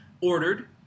ordered